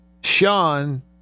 Sean